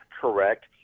correct